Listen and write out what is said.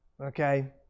Okay